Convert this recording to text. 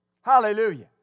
Hallelujah